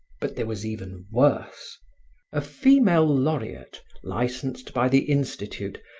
but there was even worse a female laureate licensed by the institute,